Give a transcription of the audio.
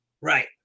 Right